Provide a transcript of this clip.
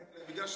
בגלל,